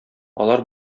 алар